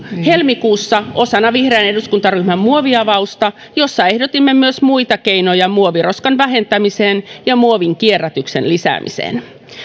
helmikuussa osana vihreän eduskuntaryhmän muoviavausta jossa ehdotimme myös muita keinoja muoviroskan vähentämiseen ja muovin kierrätyksen lisäämiseen